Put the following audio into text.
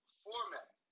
format